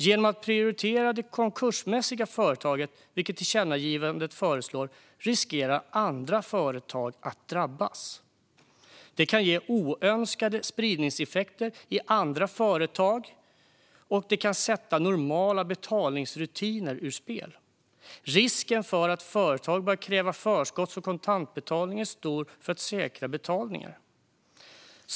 Genom att man prioriterar det konkursmässiga företaget, vilket tillkännagivandet föreslår, riskerar andra företag att drabbas. Det kan ge oönskade spridningseffekter i andra företag, och det kan sätta normala betalningsrutiner ur spel. Risken för att företag börjar kräva förskotts och kontantbetalning för att säkra betalningar är stor.